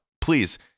please